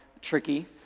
tricky